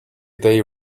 they